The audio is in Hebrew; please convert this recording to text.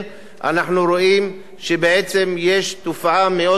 אנחנו רואים שבעצם יש תופעה מאוד חיובית